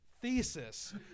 Thesis